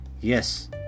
Yes